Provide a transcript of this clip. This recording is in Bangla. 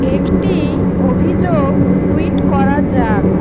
একটি অভিযোগ টুইট করা যাক